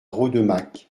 rodemack